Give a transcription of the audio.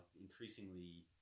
increasingly